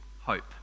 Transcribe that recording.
hope